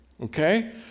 okay